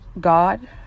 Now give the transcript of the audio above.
God